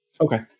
okay